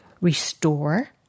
restore